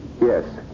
Yes